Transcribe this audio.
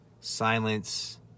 silence